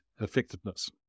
effectiveness